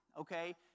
Okay